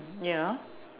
ya